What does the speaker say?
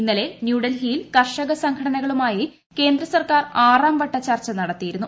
ഇന്നലെ ന്യൂഡൽഹിയിൽ കർഷക സംഘടനകളുമായി ക്ക്ര്ന്ദ്സർക്കാർ ആറാം വട്ട ചർച്ച നടത്തിയിരുന്നു